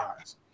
eyes